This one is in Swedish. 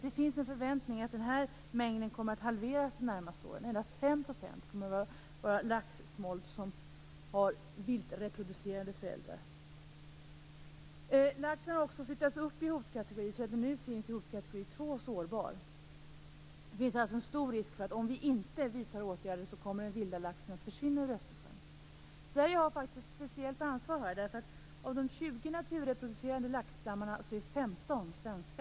Det finns en förväntning om att den andelen kommer att halveras de närmaste åren. Endast 5 % kommer att vara laxsmolt med vildreproducerade föräldrar. Laxen har flyttats upp en hotkategori. Den finns nu i hotkategori 2, sårbar. Det finns alltså en stor risk för att den vilda laxen kommer att försvinna ur Östersjön, om vi inte vidtar åtgärder. Sverige har ett speciellt ansvar. Av de 20 naturreproducerande laxstammarna är 15 svenska.